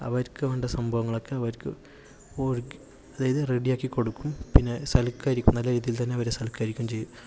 അവർക്ക് വേണ്ട സംഭവങ്ങളൊക്കെ അവർക്ക് ഒരുക്കി അതായത് റെഡി ആക്കിക്കൊടുക്കും പിന്നേ സൽക്കരിക്കും നല്ലതായിട്ട് തന്നെ അവരെ സൽക്കരിക്കുകയു ചെയ്യും